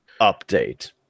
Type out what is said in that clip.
update